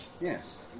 Yes